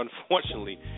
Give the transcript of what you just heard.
unfortunately